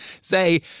say